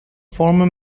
former